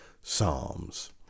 Psalms